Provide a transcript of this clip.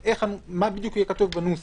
מה בדיוק יהיה כתוב בנוסח,